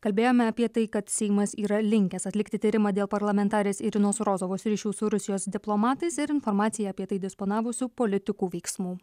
kalbėjome apie tai kad seimas yra linkęs atlikti tyrimą dėl parlamentarės irinos rozovos ryšių su rusijos diplomatais ir informacija apie tai disponavusių politikų veiksmų